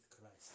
Christ